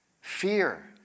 Fear